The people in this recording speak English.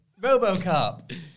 RoboCop